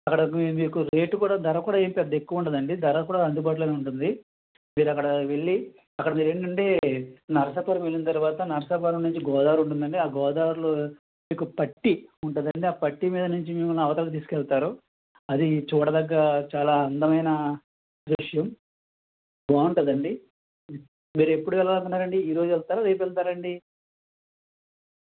అక్కడ మీ మీకు రేటు కూడా ధర కూడా ఏం పెద్ద ఎక్కువ ఉండదండి ధర కూడా అందుబాటులోనే ఉంటుంది మీరు అక్కడ వెళ్లి అక్కడ మీరు ఏంటంటే నరసాపురం వెళ్లిన తర్వాత నరసాపురం నుండి గోదావరి ఉంటుందండి ఆ గోదావరి లో మీకు పట్టీ ఉంటాదండి ఆ పట్టీ మీద నుంచి మిమ్మల్ని అవతలకి తీసుకవెళ్తారు అది చూడదగ్గ చాలా అందమైన దృశ్యం బాగుంటుందండి మీరు ఎప్పుడు వెళ్ళాలి అనుకుంటున్నారండి ఈరోజు వెళ్తారా రేపు వెళ్తారా అండి